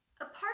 apart